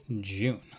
June